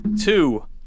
two